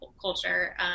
culture